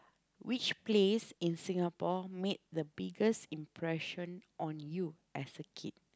which place in Singapore made the biggest impression on you as a kid